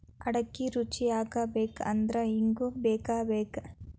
ಅಡಿಗಿ ರುಚಿಯಾಗಬೇಕು ಅಂದ್ರ ಇಂಗು ಬೇಕಬೇಕ